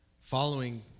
Following